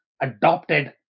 adopted